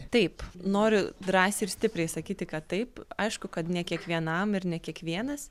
taip noriu drąsiai ir stipriai sakyti kad taip aišku kad ne kiekvienam ir ne kiekvienas